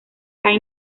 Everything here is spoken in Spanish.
hay